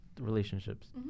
relationships